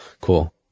Cool